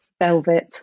Velvet